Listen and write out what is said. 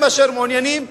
הם המעוניינים,